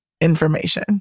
information